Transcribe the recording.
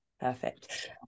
Perfect